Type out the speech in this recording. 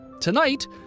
Tonight